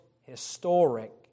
historic